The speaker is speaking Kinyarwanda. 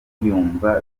yumva